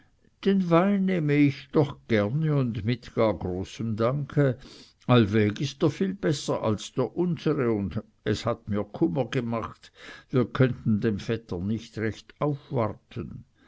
nehme ich doch gerne und mit gar großem danke allweg ist er viel besser als der unsere und es hat mir kummer gemacht wir könnten dem vetter nicht recht aufwarten